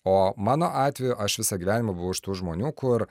o mano atveju aš visą gyvenimą buvau iš tų žmonių kur